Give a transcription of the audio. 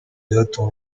byatuma